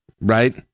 right